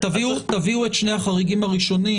תביאו את שני החריגים הראשונים.